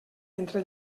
entre